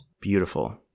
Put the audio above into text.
Beautiful